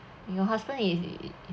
your husband is